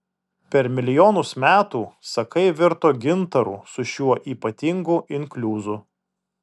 per milijonus metų sakai virto gintaru su šiuo ypatingu inkliuzu